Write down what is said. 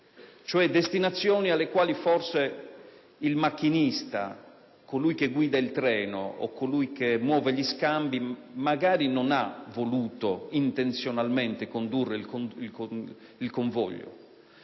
cioè destinazioni alle quali forse il macchinista o colui che muove gli scambi magari non ha voluto intenzionalmente condurre il convoglio,